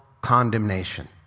condemnation